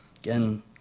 Again